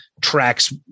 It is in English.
tracks